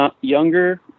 younger